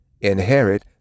inherit